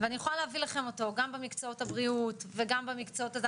ואני יכולה להביא לכם אותו גם במקצועות הבריאות וגם במקצועות הזה,